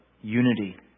unity